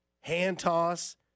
hand-toss